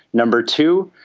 number two,